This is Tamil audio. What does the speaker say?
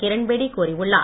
கிரண்பேடி கூறியுள்ளார்